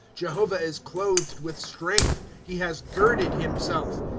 jehovah is clothed with strength he has girded himself.